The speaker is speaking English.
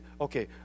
Okay